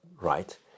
right